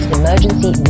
emergency